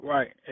Right